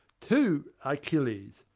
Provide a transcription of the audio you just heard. to achilles,